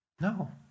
No